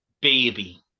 baby